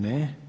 Ne.